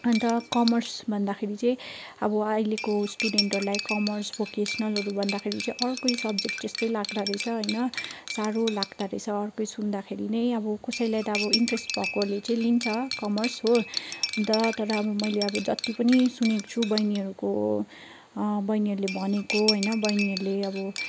अन्त कमर्स भन्दाखेरि चाहिँ अब अहिलेको स्टुडेन्टहरूलाई कमर्स भोकेसनलहरू भन्दाखेरि चाहिँ अरू कोही सब्जेक्ट जस्तै लाग्दोरहेछ होइन साह्रो लाग्दोरहेछ अर्कै सुन्दाखेरि नै अब कसैलाई त अब इन्ट्रेस्ट भएकोहरूले चाहिँ लिन्छ कमर्स हो अन्त तर अब मैले अब जति पनि सुनेको छु बहिनीहरूको बहिनीहरूले भनेको होइन बहिनीहरूले अब